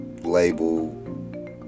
label